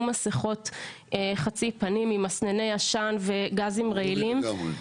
מסכות חצי פנים עם מסנני עשן וגזים רעילים.